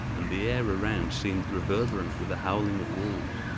and the air around seemed reverberant with the howling of wolves.